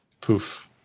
poof